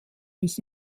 ist